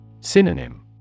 Synonym